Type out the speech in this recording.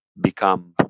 become